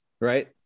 right